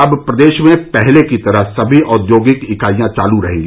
अब प्रदेश में पहले की तरह सभी औद्योगिक इकाइयां चालू रहेंगी